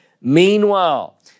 Meanwhile